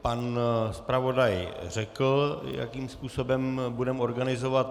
Pan zpravodaj řekl, jakým způsobem budeme organizovat.